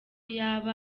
yaba